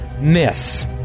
miss